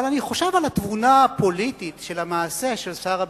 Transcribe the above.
אבל אני חושב על התבונה הפוליטית של המעשה של שר הביטחון.